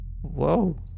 Whoa